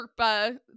Sherpa